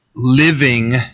living